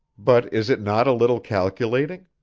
but is it not a little calculating?